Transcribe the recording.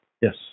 Yes